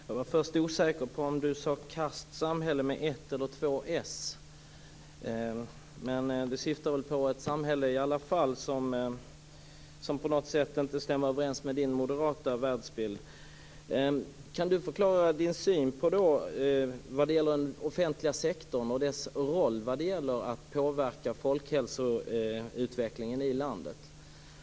Fru talman! Jag var först osäker på om Leif Carlson sade "kastsamhälle" eller "kasst samhälle". Men det syftade väl i alla fall på ett samhälle som på något sätt inte stämmer överens med hans moderata världsbild. Kan Leif Carlson förklara sin syn på den offentliga sektorns roll när det gäller att påverka folkhälsoutvecklingen i landet?